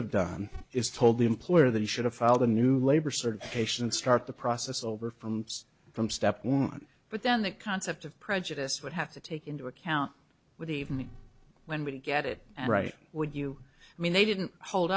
have done is told the employer that he should have filed a new labor certification and start the process over from from step one but then the concept of prejudice would have to take into account what evening when we get it right would you mean they didn't hold